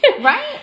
right